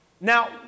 Now